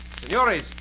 Senores